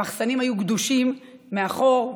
המחסנים היו גדושים מאחור,